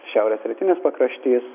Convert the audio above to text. šiaurės rytinis pakraštys